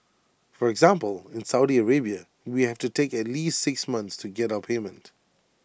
for example in Saudi Arabia we have to take at least six months to get our payment